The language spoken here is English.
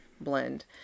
blend